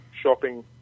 shopping